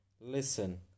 Listen